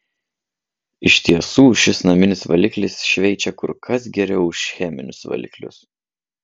iš tiesų šis naminis valiklis šveičia kur kas geriau už cheminius valiklius